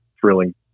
thrilling